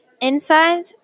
Inside